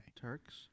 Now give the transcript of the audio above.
Turks